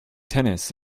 tennis